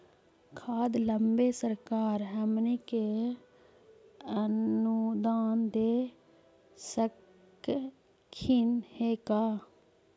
खाद लेबे सरकार हमनी के अनुदान दे सकखिन हे का?